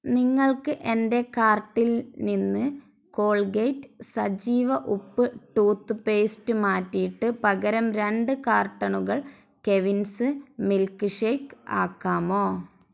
നിങ്ങൾക്ക് എന്റെ കാർട്ടിൽ നിന്ന് കോൾഗേറ്റ് സജീവ ഉപ്പ് ടൂത്ത് പേസ്റ്റ് മാറ്റിയിട്ട് പകരം രണ്ട് കാർട്ടണുകൾ കെവിൻസ് മിൽക്ക് ഷേക്ക് ആക്കാമോ